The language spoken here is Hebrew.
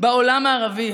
בעולם הערבי.